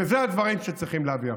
ואלה הדברים שצריכים להביא עכשיו.